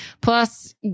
plus